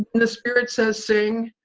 the spirit says sing,